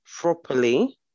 properly